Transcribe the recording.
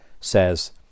says